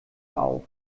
auf